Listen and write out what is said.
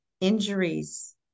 Injuries